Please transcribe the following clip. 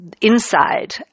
inside